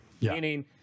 Meaning